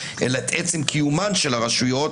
אלא את עצם קיומן של הרשויות,